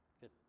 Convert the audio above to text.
good